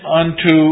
unto